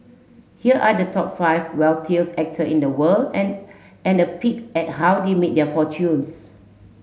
here are the top five wealthiest actor in the world and and a peek at how they made their fortunes